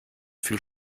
viel